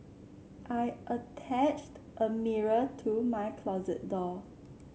I attached a mirror to my closet door